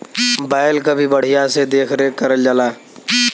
बैल क भी बढ़िया से देख रेख करल जाला